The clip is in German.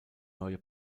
neue